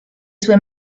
sue